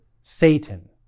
Satan